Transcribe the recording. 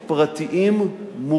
רק 5,000 ילדים?